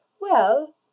Well